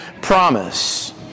promise